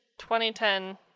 2010